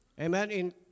Amen